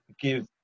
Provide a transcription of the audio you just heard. give